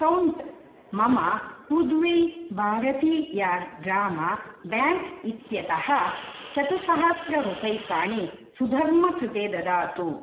account मम पुदवि भारतीयार् ग्राम ब्याङ्क इत्यतः चतुःसहस्ररुप्यकाणि सुधर्मः कृते ददातु